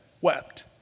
wept